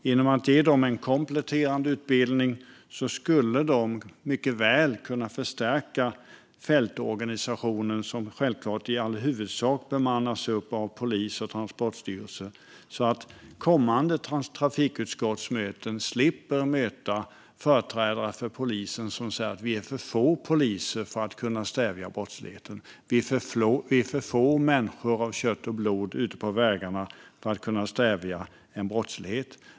Genom att de ges kompletterande utbildning skulle de mycket väl kunna förstärka fältorganisationen, som självklart i huvudsak bemannas av polis och Transportstyrelsen, så att vi på kommande trafikutskottsmöten slipper att möta företrädare för polisen som säger att det finns för få poliser för att de ska kunna stävja brottsligheten och att det finns för få människor av kött och blod ute på vägarna för att de ska kunna stävja brottsligheten.